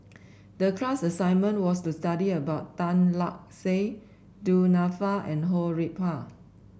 the class assignment was to study about Tan Lark Sye Du Nanfa and Ho Rih Hwa